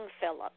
Philip